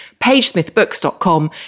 pagesmithbooks.com